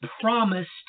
promised